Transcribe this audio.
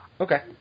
Okay